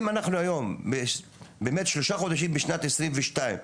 אם אנחנו היום באמת שלושה חודשים בשנת 2022,